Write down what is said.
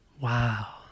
Wow